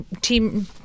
Team